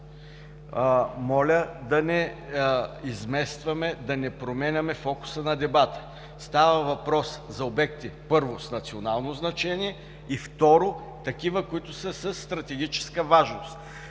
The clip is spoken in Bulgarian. Моля да не изместваме, да не променяме фокуса на дебата. Става въпрос за обекти, първо, с национално значение и, второ, такива, които са със стратегическа важност.